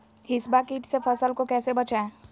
हिसबा किट से फसल को कैसे बचाए?